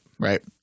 Right